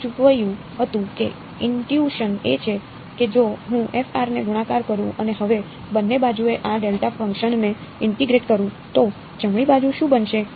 શું આ f ને ગુણાકાર કરું અને હવે બંને બાજુએ આ ડેલ્ટા ફંકશનને ઇન્ટીગ્રેટ કરું તો જમણી બાજુ શું બનશે